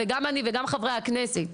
וגם אני וגם חברי הכנסת,